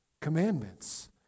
commandments